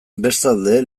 bestalde